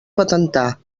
patentar